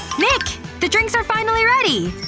nick! the drinks are finally ready!